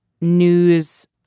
news